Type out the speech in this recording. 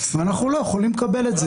אנחנו לא יכולים לקבל את זה.